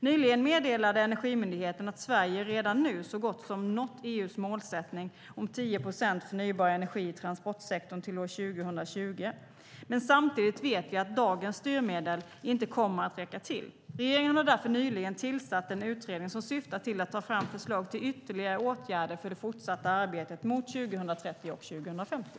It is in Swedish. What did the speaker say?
Nyligen meddelade Energimyndigheten att Sverige redan nu har så gott som nått EU:s målsättning om 10 procent förnybar energi i transportsektorn till år 2020. Men samtidigt vet vi att dagens styrmedel inte kommer att räcka till. Regeringen har därför nyligen tillsatt en utredning som syftar till att ta fram förslag till ytterligare åtgärder för det fortsatta arbetet mot 2030 och 2050.